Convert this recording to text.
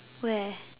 where